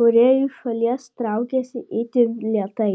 kurie iš šalies traukiasi itin lėtai